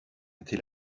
était